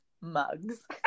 mugs